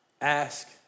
Ask